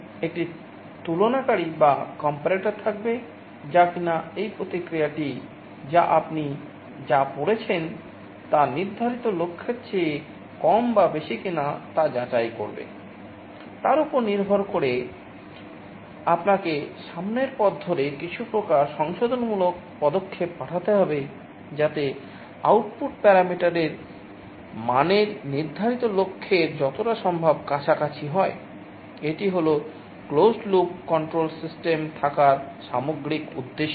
একটি তুলনাকারী বা কম্পারেটর থাকার সামগ্রিক উদ্দেশ্য